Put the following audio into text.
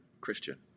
Christian